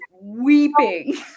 weeping